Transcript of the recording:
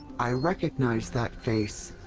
i recognize that face.